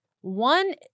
one